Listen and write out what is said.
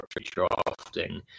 drafting